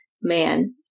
man